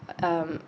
uh um